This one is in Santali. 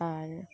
ᱟᱨ